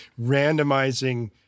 randomizing